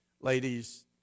Ladies